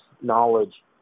knowledge